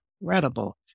incredible